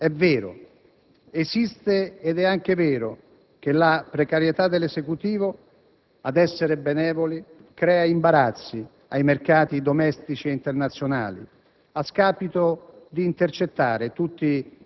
Lei parla di ripresa economica: è vero che esiste, com'è vero che la precarietà dell'Esecutivo - a voler essere benevoli - crea imbarazzi ai mercati domestici e internazionali,